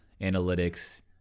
analytics